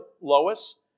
Lois